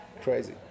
crazy